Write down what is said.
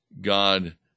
God